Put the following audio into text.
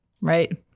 right